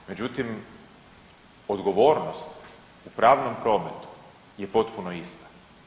Međutim, odgovornost u pravnom prometu je potpuno ista.